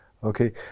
Okay